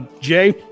Jay